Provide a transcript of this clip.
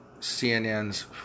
CNN's